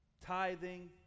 tithing